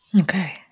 Okay